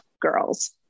girls